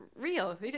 real